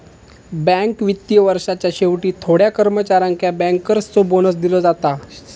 bank वित्तीय वर्षाच्या शेवटी थोड्या कर्मचाऱ्यांका बँकर्सचो बोनस दिलो जाता